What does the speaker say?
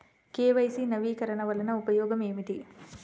KYC నవీకరణ వలన ఉపయోగం ఏమిటీ?